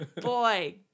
boy